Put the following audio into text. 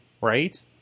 right